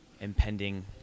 impending